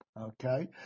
Okay